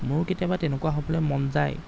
মোৰ কেতিয়াবা তেনেকুৱা হ'বলৈ মন যায়